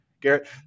Garrett